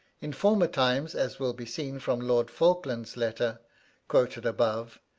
in former times, as will be seen from lord falkland's letter quoted above,